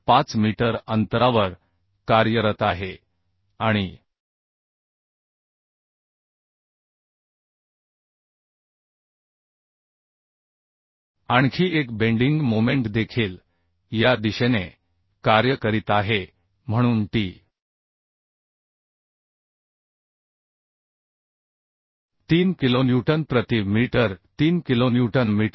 5 metre अंतरावर कार्यरत आहे आणि आणखी एक बेंडिंग मोमेंट देखील या दिशेने कार्य करीत आहे म्हणून T 3 किलोन्यूटन प्रति मीटर 3 किलोन्यूटन मीटर